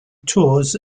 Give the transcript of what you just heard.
tours